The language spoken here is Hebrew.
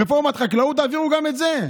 רפורמת חקלאות, תעבירו גם את זה.